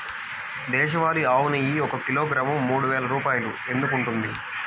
దేశవాళీ ఆవు నెయ్యి ఒక కిలోగ్రాము మూడు వేలు రూపాయలు ఎందుకు ఉంటుంది?